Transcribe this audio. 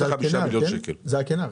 זה בעיקר